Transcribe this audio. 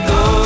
go